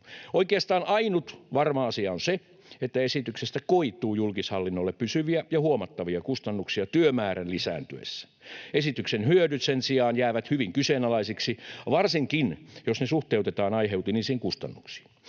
Oikeastaan ainut varma asia on se, että esityksestä koituu julkishallinnolle pysyviä ja huomattavia kustannuksia työmäärän lisääntyessä. Esityksen hyödyt sen sijaan jäävät hyvin kyseenalaisiksi, varsinkin jos ne suhteutetaan aiheutuneisiin kustannuksiin.